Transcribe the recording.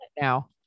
now